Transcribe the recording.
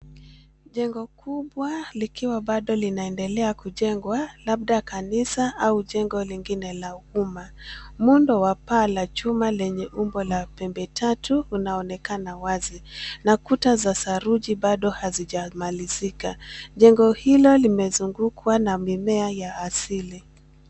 Jengo kubwa likiwa bado linaendelea kujengwa, labda kanisa au jengo lingine la umma. Muundo wa paa la chuma lenye umbo la pembe tatu unaonekana wazi na kuta za saruji bado hazijamalizika. Jengo hilo limezungukwa na mimea ya asili.